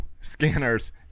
scanners